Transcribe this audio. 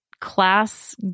class